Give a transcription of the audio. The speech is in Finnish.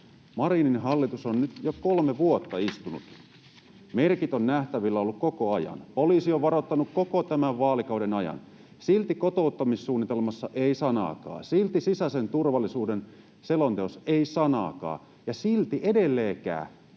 Marinin hallitus on nyt jo kolme vuotta istunut. Merkit ovat olleet nähtävillä koko ajan. Poliisi on varoittanut koko tämän vaalikauden ajan. Silti kotouttamissuunnitelmassa ei sanaakaan, silti sisäisen turvallisuuden selonteossa ei sanaakaan, ja silti edelleenkään